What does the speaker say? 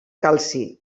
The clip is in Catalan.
calci